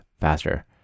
faster